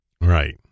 right